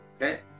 Okay